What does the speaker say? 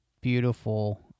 beautiful